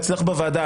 אצלך בוועדה,